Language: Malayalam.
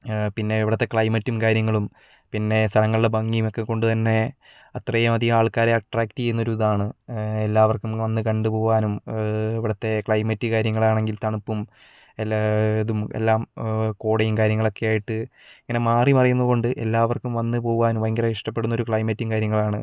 പിന്നെ ഇവിടുത്തെ ക്ലൈമറ്റും കാര്യങ്ങളും പിന്നെ സ്ഥലങ്ങളുടെ ഭംഗിയും ഒക്കെ കൊണ്ട് തന്നെ അത്രയും അധികം ആൾക്കാരെ അട്രാക്ട് ചെയ്യുന്നൊരിതാണ് എല്ലാവർക്കും വന്നു കണ്ട് പോകുവാനും ഇവിടുത്തെ ക്ലൈമറ്റ് കാര്യങ്ങളാണെങ്കിൽ തണുപ്പും എല്ലായിതും എല്ലാം കോടയും കാര്യങ്ങളൊക്കെയായിട്ട് ഇങ്ങനെ മാറി മറിയുന്നതുകൊണ്ട് എല്ലാവർക്കും വന്നു പോകുവാൻ ഭയങ്കര ഇഷ്ടപ്പെടുന്നൊരു ക്ലൈമറ്റും കാര്യങ്ങളാണ്